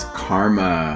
karma